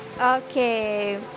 Okay